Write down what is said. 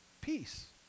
Peace